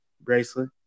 bracelet